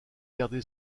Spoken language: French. gardé